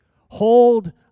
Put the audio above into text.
hold